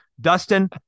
Dustin